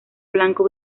blanco